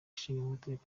ishingamategeko